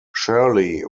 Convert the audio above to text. shirley